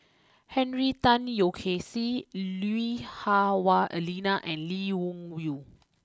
Henry Tan Yoke see Lui Hah Wah Elena and Lee Wung Yew